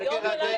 -- מבוקר עד ערב.